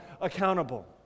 accountable